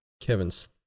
Kevin's